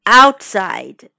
outside